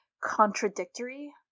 contradictory